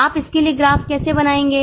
आप इसके लिए ग्राफ कैसे बनाएंगे